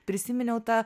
prisiminiau tą